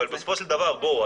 אבל בסופו של דבר בואו,